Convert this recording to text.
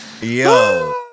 Yo